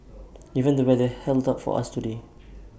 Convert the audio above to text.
even the weather held up for us today